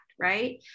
right